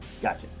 Gotcha